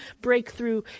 breakthrough